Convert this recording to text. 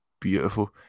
beautiful